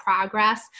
progress